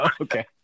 okay